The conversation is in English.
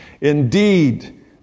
Indeed